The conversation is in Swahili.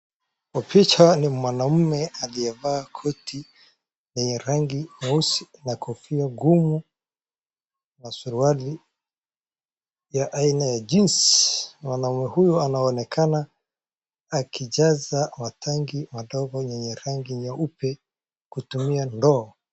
Kwa picha ni mwanaume aliyevaa koti yenye rangi nyeusi na kofia ngumu na suruali ya aina ya jinsi. MWanaume huyu anaoneka anaonekana akijaza matangi madogo yenye rangi nyeupe kutumia ndoo.